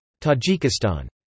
Tajikistan